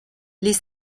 les